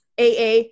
aa